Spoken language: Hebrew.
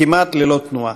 כמעט ללא תנועה.